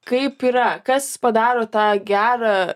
kaip yra kas padaro tą gerą